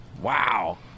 Wow